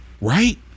Right